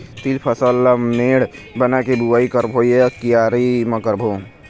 तील फसल ला मेड़ बना के बुआई करबो या क्यारी म करबो?